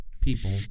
people